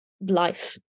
life